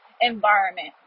environment